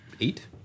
eight